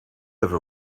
ever